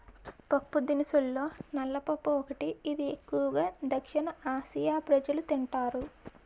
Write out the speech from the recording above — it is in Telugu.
పప్పుదినుసుల్లో నల్ల పప్పు ఒకటి, ఇది ఎక్కువు గా దక్షిణఆసియా ప్రజలు తింటారు